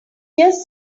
just